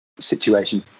Situation